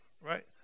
right